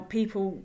people